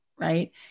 Right